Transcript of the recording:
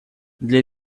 для